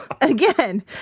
again